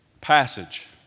passage